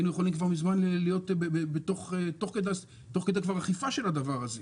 היינו מזמן יכולים להיות תוך כדי אכיפה של הדברים.